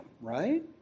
right